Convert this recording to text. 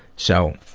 so